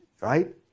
Right